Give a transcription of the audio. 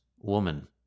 woman